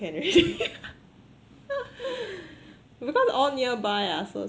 can already because all nearby ah so